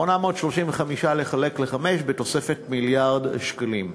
835 לחלק לחמש בתוספת מיליארד שקלים.